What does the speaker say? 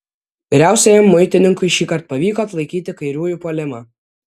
vyriausiajam muitininkui šįkart pavyko atlaikyti kairiųjų puolimą